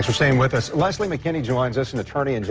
staying with us. leslie mckinney joins us, an attorney and